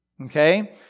Okay